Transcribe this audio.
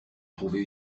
trouver